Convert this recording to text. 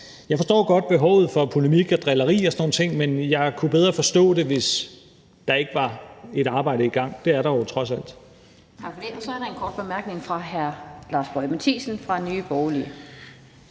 set godt behovet for polemik og drilleri og sådan nogle ting, men jeg kunne bedre forstå det, hvis der ikke var et arbejde i gang; det er der jo trods alt.